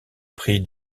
prix